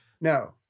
no